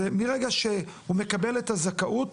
מרגע שהוא מקבל את הזכאות,